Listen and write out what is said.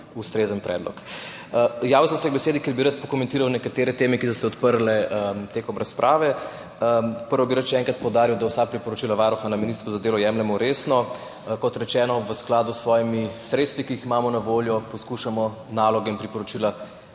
ustrezen predlog. Javil sem se k besedi, ker bi rad pokomentiral nekatere teme, ki so se odprle med razpravo. Najprej bi rad še enkrat poudaril, da vsa priporočila Varuha na ministrstvu za delo jemljemo resno. Kot rečeno, v skladu s svojimi sredstvi, ki jih imamo na voljo, poskušamo naloge in priporočila